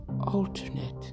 alternate